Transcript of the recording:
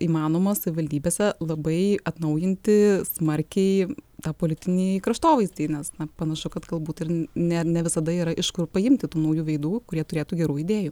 įmanoma savivaldybėse labai atnaujinti smarkiai tą politinį kraštovaizdį nes panašu kad galbūt ir ne ne visada yra iš kur paimti tų naujų veidų kurie turėtų gerų idėjų